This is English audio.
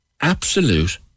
absolute